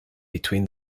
between